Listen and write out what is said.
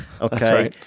Okay